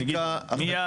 מיד.